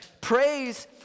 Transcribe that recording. Praise